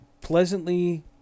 pleasantly